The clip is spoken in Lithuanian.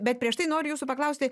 bet prieš tai noriu jūsų paklausti